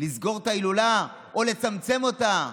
לסגור את ההילולה או לצמצם אותה.